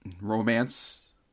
romance